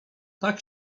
tak